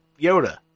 Yoda